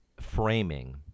framing